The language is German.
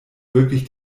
wirklich